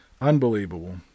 Unbelievable